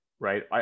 Right